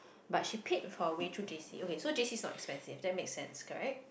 but she paid her way through j_c okay j_c is not expensive that makes sense correct